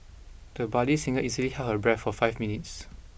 the budding singer easily held her breath for five minutes